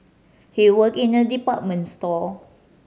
he worked in a department store